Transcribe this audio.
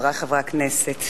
חברי חברי הכנסת,